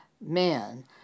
men